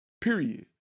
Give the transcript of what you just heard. period